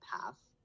path